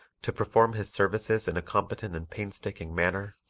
to perform his services in a competent and painstaking manner,